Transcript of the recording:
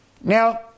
Now